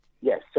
Yes